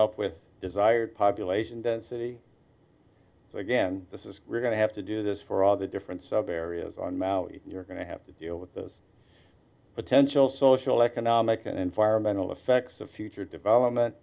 up with desired population density so again this is we're going to have to do this for all the different sub areas on maui you're going to have to deal with those potential social economic and environmental effects of future development